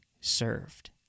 served